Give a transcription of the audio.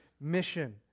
mission